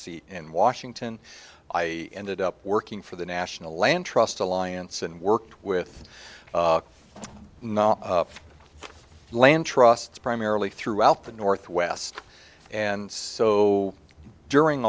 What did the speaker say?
see in washington i ended up working for the national land trust alliance and worked with land trusts primarily throughout the northwest and so during